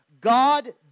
God